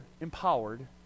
empowered